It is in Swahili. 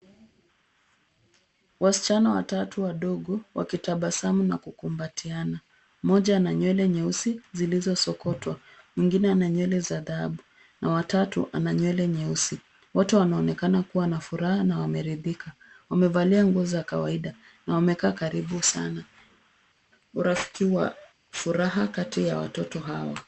Wasichana watatu wadogo wakitabasamu na kukumbatiana. Mmoja ana nywele nyeusi, zilizoskotwa. Mwengine ana nywele za dhahabu na watatu ana nywele nyeusi. Wote wanaonekana kuwa na furaha na wameridhika. Wamevalia nguo za kawaida na wamekaa karibu sana. Urafiki wa furaha kati ya watoto hawa.